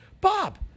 Bob